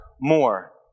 more